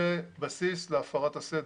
זה בסיס להפרת סדר.